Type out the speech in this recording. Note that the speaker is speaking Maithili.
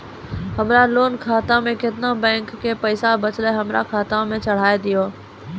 हमरा लोन खाता मे केतना बैंक के पैसा बचलै हमरा खाता मे चढ़ाय दिहो?